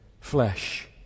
flesh